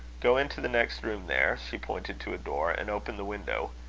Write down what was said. go into the next room there, she pointed to a door and open the window.